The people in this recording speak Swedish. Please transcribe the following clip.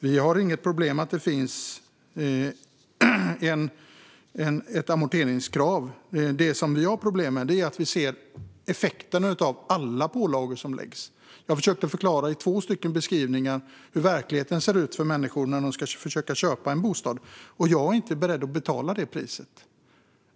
Vi har inget problem med att det finns ett amorteringskrav. Det som vi har problem med är att vi ser effekterna av alla pålagor som införs. Jag försökte med två beskrivningar förklara hur verkligheten ser ut för människor när de ska försöka köpa en bostad. Jag är inte beredd att betala det priset.